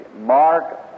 mark